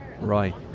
Right